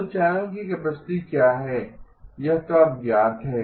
तो चैनल की कैपेसिटी क्या है यह कब ज्ञात है